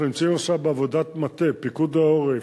אנחנו נמצאים עכשיו בעבודת מטה, פיקוד העורף,